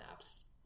apps